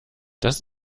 das